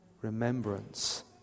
remembrance